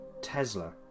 Tesla